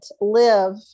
live